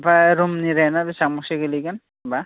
ओमफ्राय रुमनि रेन्टआ बेसेबांसो गोलैगोन बा